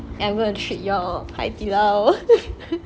eh I'm going to treat you all hai di lao